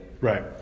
Right